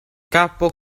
kapo